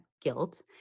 guilt